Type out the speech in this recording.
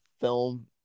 film